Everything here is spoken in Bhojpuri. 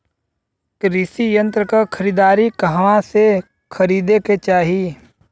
कृषि यंत्र क खरीदारी कहवा से खरीदे के चाही?